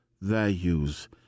values